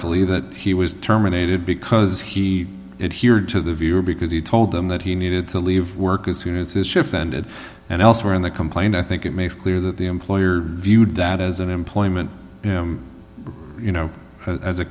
fully that he was terminated because he had here to the viewer because he told them that he needed to leave work as soon as this shift ended and elsewhere in the complaint i think it makes clear that the employer viewed that as an employment